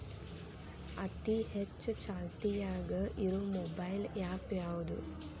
ಅತಿ ಹೆಚ್ಚ ಚಾಲ್ತಿಯಾಗ ಇರು ಮೊಬೈಲ್ ಆ್ಯಪ್ ಯಾವುದು?